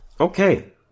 Okay